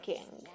King